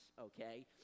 okay